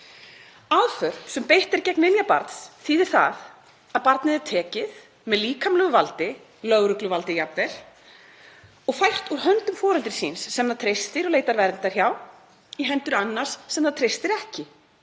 Aðför sem beitt er gegn vilja barns þýðir það að barnið er tekið með líkamlegu valdi, lögregluvaldi jafnvel, og fært úr höndum foreldrisins sem það treystir og leitar verndar hjá, í hendur annars sem það treystir ekki.